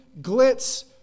glitz